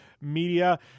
media